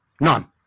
None